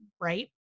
right